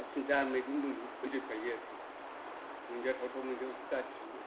गासि जा मैगं दं बेखौ फोजोबखायो आरखि मोनजाथाव थाव मैगंखौ गासिबो